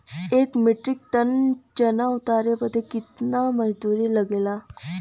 एक metric ton चना उतारे बदे कितना मजदूरी लगे ला?